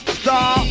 star